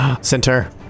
Center